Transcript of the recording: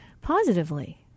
positively